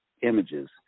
images